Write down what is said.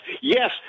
Yes